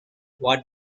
what